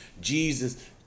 jesus